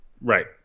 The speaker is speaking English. Right